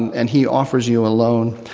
and he offers you a loan,